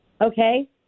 Okay